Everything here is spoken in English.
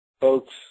Folks